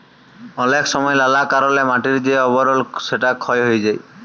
অলেক সময় লালা কারলে মাটির যে আবরল সেটা ক্ষয় হ্যয়ে যায়